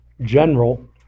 general